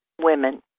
women